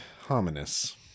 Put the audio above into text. hominis